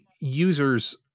users